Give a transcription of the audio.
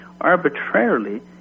arbitrarily